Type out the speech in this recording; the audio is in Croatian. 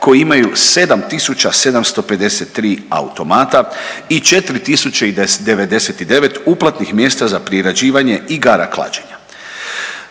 koji imaju 7.753 automata i 4.099 uplatnih mjesta za priređivanje igara klađenja.